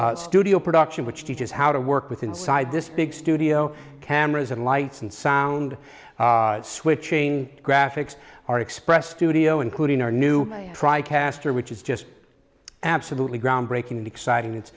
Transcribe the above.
studio production which teaches how to work with inside this big studio cameras and lights and sound switching graphics our express studio including our new tri caster which is just absolutely groundbreaking and exciting it's